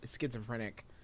schizophrenic